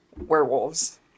werewolves